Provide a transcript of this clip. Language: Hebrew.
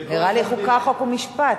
נראה לי חוקה, חוק ומשפט.